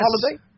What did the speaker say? holiday